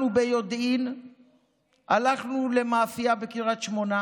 אנחנו ביודעין הלכנו למאפייה בקריית שמונה,